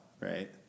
right